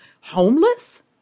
homeless